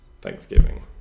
Thanksgiving